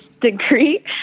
degree